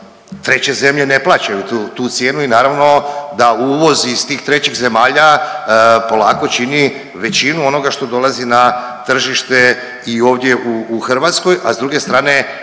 Treće zemlje ne plaćaju tu cijenu i naravno da uvoz iz tih trećih zemalja polako čini većinu onoga što dolazi na tržište i ovdje u Hrvatskoj, a s druge strane